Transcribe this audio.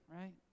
right